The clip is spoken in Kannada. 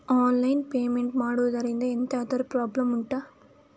ಆನ್ಲೈನ್ ಪೇಮೆಂಟ್ ಮಾಡುದ್ರಿಂದ ಎಂತಾದ್ರೂ ಪ್ರಾಬ್ಲಮ್ ಉಂಟಾ